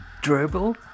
Dribble